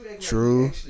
True